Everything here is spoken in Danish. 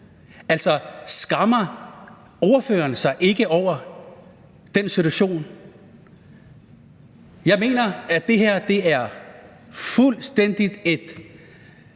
Altså, skammer ordføreren sig ikke over den situation? Jeg mener, at det her fuldstændig er